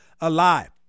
alive